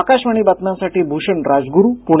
आकाशवाणी बातम्यांसाठी भूषण राजगुरू पुणे